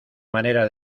manera